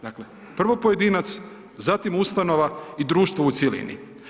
Dakle, prvo pojedinac, zatim ustanova i društvo u cjelini.